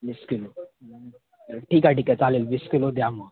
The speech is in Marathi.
वीस किलो ठीक आहे ठीक आहे चालेल वीस किलो द्या मग